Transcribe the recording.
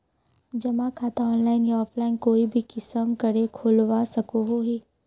जमा खाता ऑनलाइन या ऑफलाइन कोई भी किसम करे खोलवा सकोहो ही?